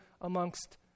amongst